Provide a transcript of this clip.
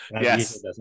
Yes